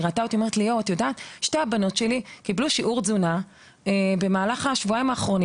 היא ראתה אותי ואמרה לי: ״שתי הבנות שלי קיבלנו בשבועיים האחרונים